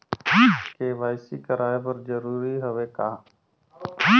KYC कराय बर जरूरी हवे का?